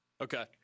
Okay